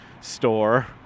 store